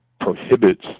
prohibits